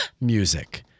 music